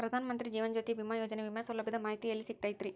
ಪ್ರಧಾನ ಮಂತ್ರಿ ಜೇವನ ಜ್ಯೋತಿ ಭೇಮಾಯೋಜನೆ ವಿಮೆ ಸೌಲಭ್ಯದ ಮಾಹಿತಿ ಎಲ್ಲಿ ಸಿಗತೈತ್ರಿ?